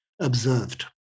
observed